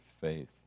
Faith